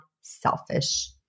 selfish